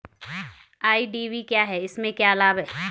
IDV क्या है इसमें क्या लाभ है?